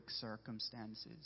circumstances